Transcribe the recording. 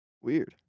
Weird